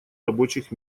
рабочих